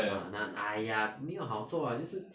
ah !aiya! 没有好做就是